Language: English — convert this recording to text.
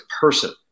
person